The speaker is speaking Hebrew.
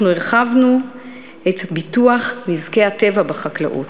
הרחבנו את ביטוח נזקי הטבע בחקלאות.